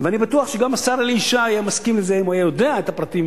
אני בטוח שגם השר אלי ישי היה מסכים לזה אם הוא היה יודע את הפרטים